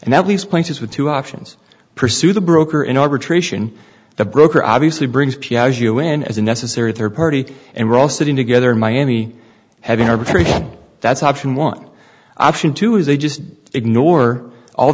and at least places with two options pursue the broker and the broker obviously brings in as a necessary third party and we're all sitting together in miami having arbitration that's option one option two is they just ignore all